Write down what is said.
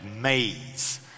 maze